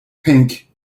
pink